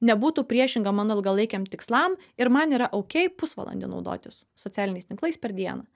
nebūtų priešinga mano ilgalaikiam tikslam ir man yra okėj pusvalandį naudotis socialiniais tinklais per dieną